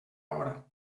hora